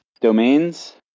domains